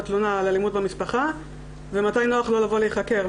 תלונה על אלימות במשפחה ומתי נוח לו לבוא להיחקר.